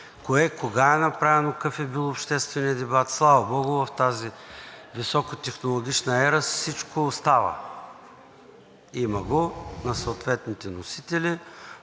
кога е направено, какъв е бил общественият дебат. Слава богу, в тази високотехнологична ера всичко остава, има го на съответните носители,